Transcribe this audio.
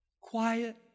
quiet